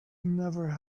never